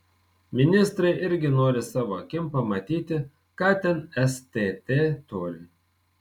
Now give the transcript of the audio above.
ministrai irgi nori savo akim pamatyti ką ten stt turi